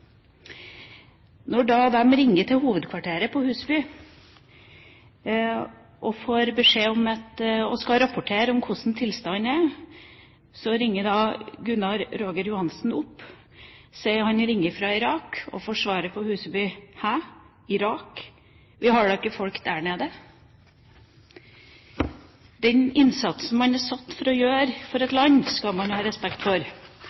Da Gunnar Roger Johansen ringte fra Irak til hovedkvarteret på Huseby og skulle rapportere om hvordan tilstanden var, var svaret han fikk: «Hæ? Irak? Vi har da ikke folk der nede.» Den innsatsen man er satt til å gjøre for et land, skal man ha respekt for.